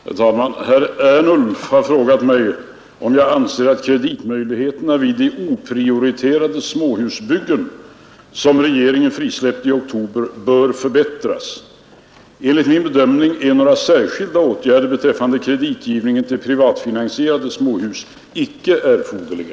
Herr talman! Herr Ernulf har frågat mig om jag anser att kreditmöjligheterna vid de oprioriterade småhusbyggen, som regeringen frisläppte i oktober, bör förbättras. Enligt min bedömning är några särskilda åtgärder beträffande kreditgivningen till privatfinansierade småhus inte erforderliga.